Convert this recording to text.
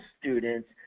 students